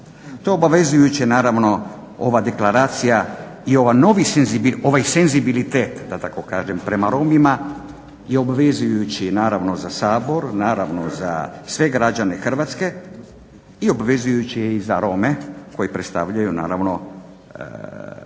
je obvezujuće naravno, ova deklaracija i ovaj novi senzibilitet da tako kažem prema Romima je obvezujući naravno za Sabor, naravno za sve građane Hrvatske i obvezujući je i za Rome koji predstavljaju naravno